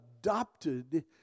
adopted